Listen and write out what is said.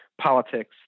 politics